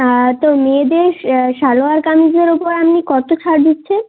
আর তো মেয়েদের সা সালোয়ার কামিজের ওপর আপনি কত ছাড় দিচ্ছেন